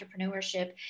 entrepreneurship